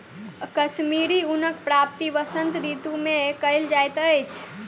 कश्मीरी ऊनक प्राप्ति वसंत ऋतू मे कयल जाइत अछि